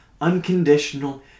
unconditional